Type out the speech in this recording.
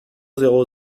zéro